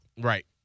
Right